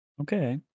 Okay